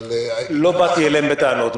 לא באתי אליהם בטענות.